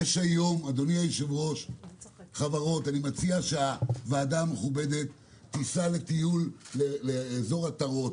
אני מציע שהוועדה המכובדת תיסע לטיול באזור עטרות